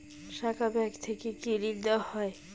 শাখা ব্যাংক থেকে কি ঋণ দেওয়া হয়?